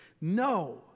No